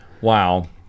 Wow